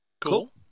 Cool